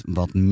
wat